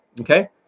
okay